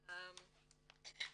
בבקשה.